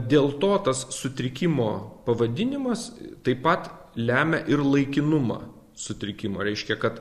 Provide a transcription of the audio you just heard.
dėl to tas sutrikimo pavadinimas taip pat lemia ir laikinumą sutrikimą reiškia kad